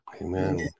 Amen